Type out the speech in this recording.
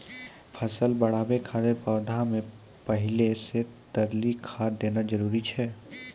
फसल बढ़ाबै खातिर पौधा मे पहिले से तरली खाद देना जरूरी छै?